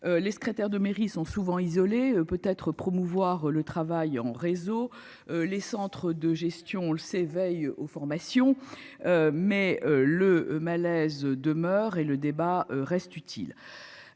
Les secrétaires de mairie sont souvent isolés peut être promouvoir le travail en réseau, les centres de gestion le s'éveille aux formations. Mais le malaise demeure et le débat reste utile.